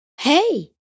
Hey